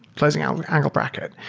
closing like angle bracket.